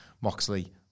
Moxley